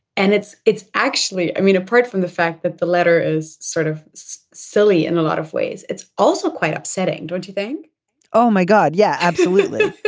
and it's it's actually i mean apart from the fact that the letter is sort of silly in a lot of ways. it's also quite upsetting when you think oh my god yeah absolutely